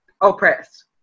oppressed